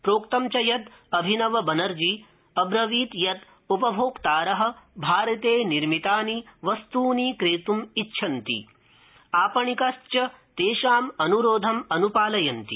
प्रोक्तं च यत् अभिनव बनर्जी अब्रवीत् यत् उपभोक्तार भारते निर्मितानि वस्तूनि क्रेत्म् इच्छन्ति आपणिकाश्च तेषाम् अनुरोधम् अनुपालयन्ति